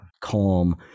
calm